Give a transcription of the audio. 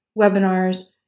webinars